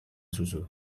susu